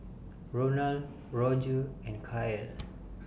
Ronal Roger and Cael